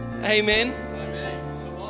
Amen